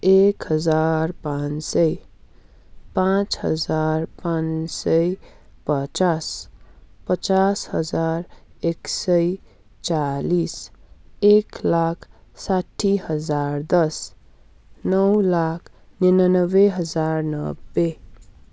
एक हजार पाँच सय पाँच हजार पाँच सय पचास पचास हजार एक सय चालिस एक लाख साठी हजार दस नौ लाख निनानब्बे हजार नब्बे